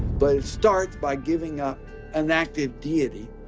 but it starts by giving up an active deity.